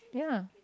ya